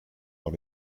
dans